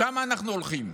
לשם אנחנו הולכים.